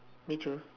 me too